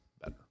better